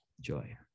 Joy